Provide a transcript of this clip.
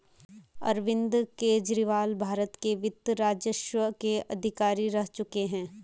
अरविंद केजरीवाल भारत के वित्त राजस्व के अधिकारी रह चुके हैं